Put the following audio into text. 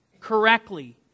correctly